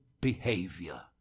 behavior